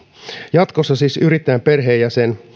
jatkossa siis yrittäjän perheenjäsen